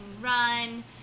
run